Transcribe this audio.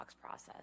process